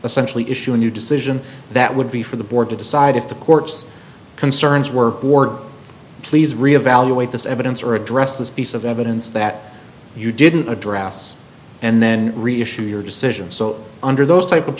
essentially issue a new decision that would be for the board to decide if the court's concerns were board please reevaluate this evidence or address this piece of evidence that you didn't address and then reissue your decision so under those type of